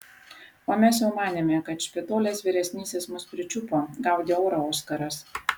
o mes jau manėme kad špitolės vyresnysis mus pričiupo gaudė orą oskaras